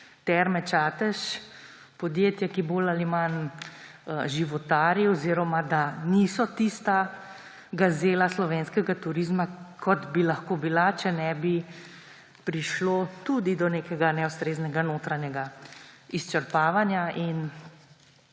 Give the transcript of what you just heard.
Terme Čatež podjetje, ki bolj ali manj životari, oziroma da niso tista gazela slovenskega turizma, kot bi lahko bila, če ne bi prišlo tudi do nekega neustreznega notranjega izčrpavanja in